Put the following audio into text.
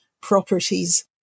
properties